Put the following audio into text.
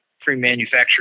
pre-manufactured